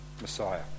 Messiah